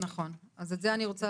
אנחנו צריכים